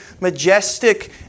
majestic